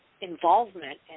involvement